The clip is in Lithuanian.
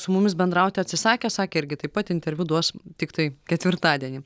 su mumis bendrauti atsisakė sakė irgi taip pat interviu duos tiktai ketvirtadienį